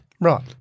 Right